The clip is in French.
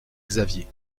xavier